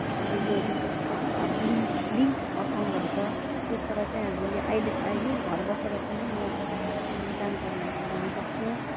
अब यो जुन चाहिँ लिङ्क लिङ्कड एकाउन्टहरू छ त्यसबाट चाहिँ हामीले अहिलेको अहिले घर बसेर पनि म जानकारी हासिल गर्नसक्छु